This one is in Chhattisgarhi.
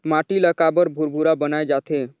माटी ला काबर भुरभुरा बनाय जाथे?